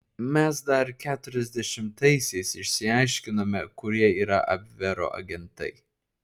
mes dar keturiasdešimtaisiais išsiaiškinome kurie yra abvero agentai